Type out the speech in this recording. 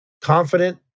Confident